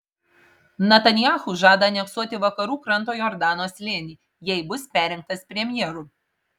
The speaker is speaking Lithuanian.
netanyahu žada aneksuoti vakarų kranto jordano slėnį jei bus perrinktas premjeru